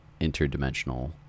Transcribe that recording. interdimensional